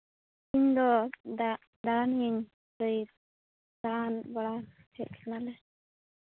ᱤᱧ ᱫᱚ ᱫᱟᱜ ᱫᱟᱬᱟᱱᱤᱧ ᱞᱟᱹᱭ ᱫᱟᱬᱟᱱ ᱵᱟᱲᱟ ᱦᱮᱡ ᱠᱟᱱᱟᱞᱮ